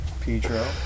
Pedro